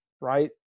right